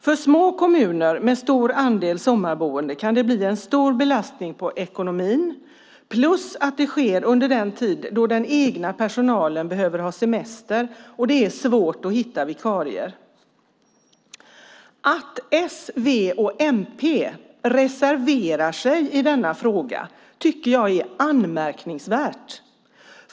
För små kommuner med en stor andel sommarboende kan det bli en stor belastning på ekonomin, plus att det sker under den tid då den egna personalen behöver ha semester och det är svårt att hitta vikarier. Att s, v och mp reserverar sig i denna fråga tycker jag är anmärkningsvärt.